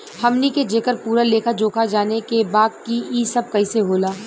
हमनी के जेकर पूरा लेखा जोखा जाने के बा की ई सब कैसे होला?